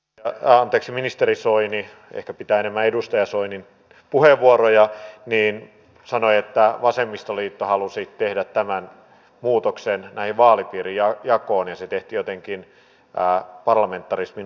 edustaja anteeksi ministeri soini ehkä pitää enemmän edustaja soini puheenvuoroja sanoi että vasemmistoliitto halusi tehdä tämän muutoksen vaalipiirijakoon ja se tehtiin jotenkin parlamentarismin ulkopuolella